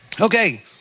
Okay